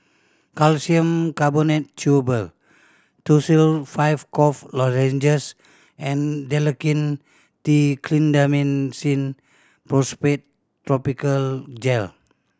Calcium Carbonate Chewable Tussil Five Cough Lozenges and Dalacin T Clindamycin Phosphate Topical Gel